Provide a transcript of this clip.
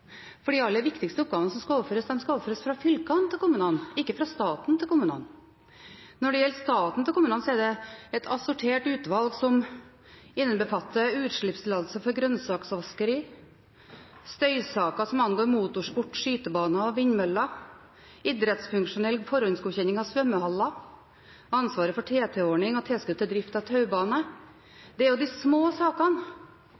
for de aller viktigste oppgavene som skal overføres, overføres fra fylkene til kommunene, ikke fra staten til kommunene. Når det gjelder oppgaver fra staten til kommunene, er det et assortert utvalg som innbefatter utslippstillatelse for grønnsaksvaskeri, støysaker som angår motorsport, skytebaner og vindmøller, idrettsfunksjonell forhåndsgodkjenning av svømmehaller, ansvaret for TT-ordningen og tilskudd til drift av taubane. Det er jo de små sakene!